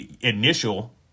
initial